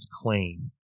claim